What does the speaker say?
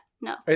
no